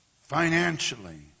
financially